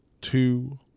two